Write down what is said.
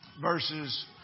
verses